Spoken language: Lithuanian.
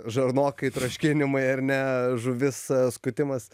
žarnokai troškinimai ar ne žuvis skutimas